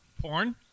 Porn